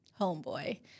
homeboy